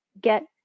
get